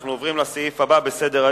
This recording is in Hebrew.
אנחנו עוברים לסעיף הבא בסדר-היום,